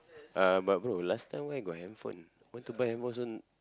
uh but bro last time where got handphone want to buy handphone also